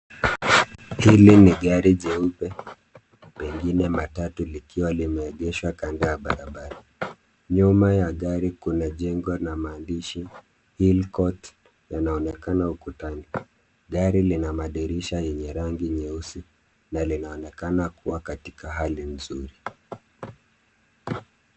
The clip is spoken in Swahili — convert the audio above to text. Hili ni gari jeupe, pengine matatu likiwa limeegeshwa kando ya barabara. Nyuma ya gari kuna jengo na maandishi Hill Court yanaonekana ukutani. Gari lina madirisha yenye rangi nyeusi na linaonekana kuwa katika hali nzuri.